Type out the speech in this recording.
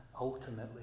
ultimately